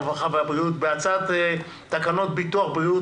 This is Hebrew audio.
הרווחה והבריאות בהצעת תקנות ביטוח בריאות